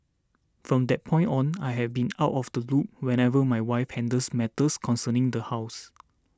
from that point on I have been out of the loop whenever my wife handles matters concerning the house